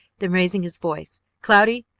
then raising his voice cloudy,